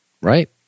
right